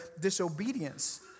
disobedience